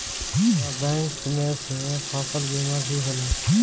का बैंक में से फसल बीमा भी होला?